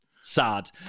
Sad